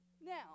now